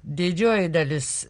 didžioji dalis